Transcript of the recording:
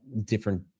different